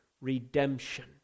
redemption